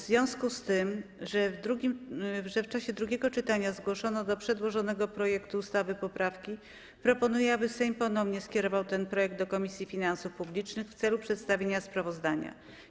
W związku z tym, że w czasie drugiego czytania zgłoszono do przedłożonego projektu ustawy poprawki, proponuję, aby Sejm ponownie skierował ten projekt do Komisji Finansów Publicznych w celu przedstawienia sprawozdania.